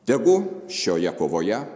tegu šioje kovoje